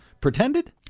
pretended